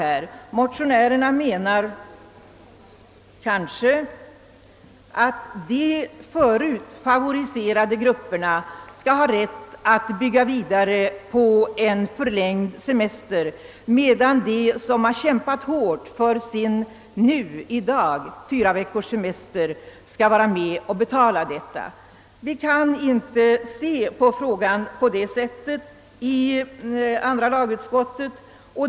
De menar kanske att de redan förut favoriserade grupperna skall ha rätt att bygga vidare på en förlängd semester, medan de som har kämpat hårt för sin semester — i dag fyra veckor lång — skall vara med och betala denna förbättring. Vi kan inte se på frågan på detta sätt i andra lagutskottet.